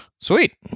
Sweet